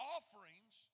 Offerings